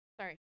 Sorry